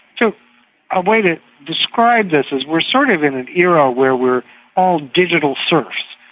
so a way to describe this is we're sort of in an era where we're all digital serfs.